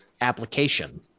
application